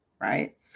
Right